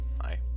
Hi